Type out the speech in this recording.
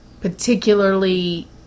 particularly